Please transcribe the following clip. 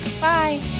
Bye